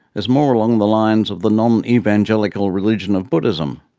is more along the lines of the non-evangelical religion of buddhism,